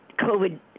COVID